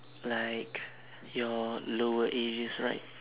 like your lower ages right